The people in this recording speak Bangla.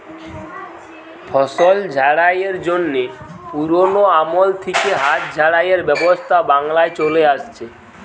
ফসল ঝাড়াইয়ের জন্যে পুরোনো আমল থিকে হাত ঝাড়াইয়ের ব্যবস্থা বাংলায় চলে আসছে